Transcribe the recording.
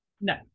no